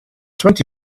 twenty